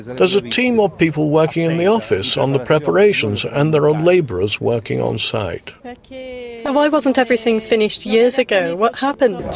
there's a team of people working in the office on the preparations and there are labourers working on site. so why wasn't everything finished years ago? what happened?